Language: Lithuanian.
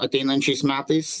ateinančiais metais